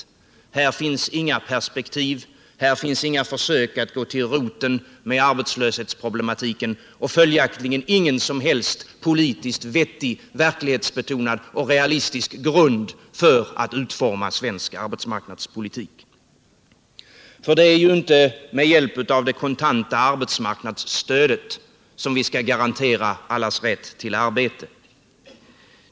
Här finns inga perspektiv. Här finns inga försök att gå till roten med arbetslöshetsproblematiken och följaktligen ingen som helst politiskt vettig, verklighetsbetonad och realistisk grund för en utformning av svensk arbetsmarknadspolitik. Det är ju inte med hjälp av det kontanta arbetsmarknadsstödet som vi skall garantera allas rätt till arbete.